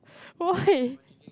why